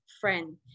friend